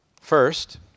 First